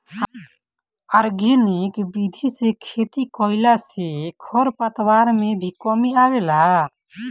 organic विधि से खेती कईला से खरपतवार में भी कमी आवेला